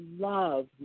love